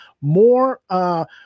more –